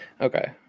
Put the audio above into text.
Okay